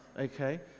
okay